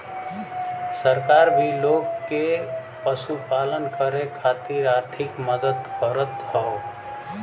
सरकार भी लोग के पशुपालन करे खातिर आर्थिक मदद करत हौ